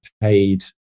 paid